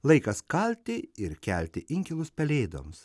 laikas kalti ir kelti inkilus pelėdoms